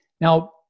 Now